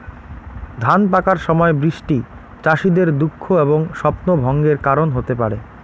ধান পাকার সময় বৃষ্টি চাষীদের দুঃখ এবং স্বপ্নভঙ্গের কারণ হতে পারে